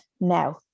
Now